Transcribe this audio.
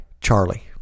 Charlie